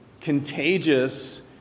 contagious